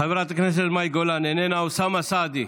חברת הכנסת מאי גולן, איננה, אוסאמה סעדי,